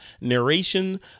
narration